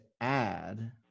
add